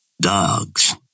Dogs